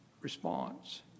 response